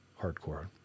hardcore